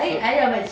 so